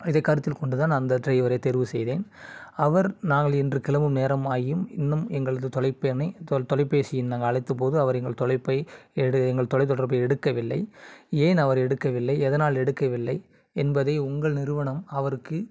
இதை கருத்தில் கொண்டு தான் நான் அந்த டிரைவரை தேர்வு செய்தேன் அவர் நாங்கள் இன்று கிளம்பும் நேரம் ஆகியும் இன்னும் எங்களது தொலைப்பு எண்ணை தொலைபேசியில் நாங்கள் அழைத்த போது அவர் எங்கள் தொலைப்பை எங்கள் தொலைத்தொடர்பை எடுக்கவில்லை ஏன் அவர் எடுக்கவில்லை எதனால் எடுக்கவில்லை என்பதை உங்கள் நிறுவனம் அவருக்கு